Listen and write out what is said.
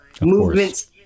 Movements